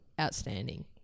outstanding